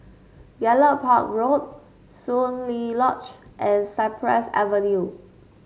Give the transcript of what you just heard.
Gallop Park Road Soon Lee Lodge and Cypress Avenue